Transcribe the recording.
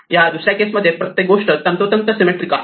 या दुसऱ्या केस मध्ये प्रत्येक गोष्ट तंतोतंत सिमेट्रीक आहे